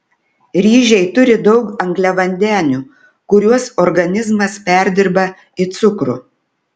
ryžiai turi daug angliavandenių kuriuos organizmas perdirba į cukrų